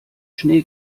schnee